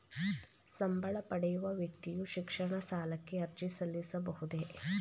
ಸಂಬಳ ಪಡೆಯುವ ವ್ಯಕ್ತಿಯು ಶಿಕ್ಷಣ ಸಾಲಕ್ಕೆ ಅರ್ಜಿ ಸಲ್ಲಿಸಬಹುದೇ?